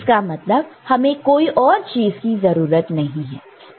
इसका मतलब हमें कोई और चीज की जरूरत नहीं है